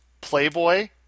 Playboy